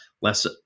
less